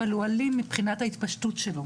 אבל הוא אלים מבחינת ההתפשטות שלו